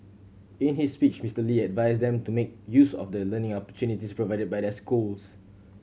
in his speech Mister Lee advised them to make use of the learning opportunities provided by their schools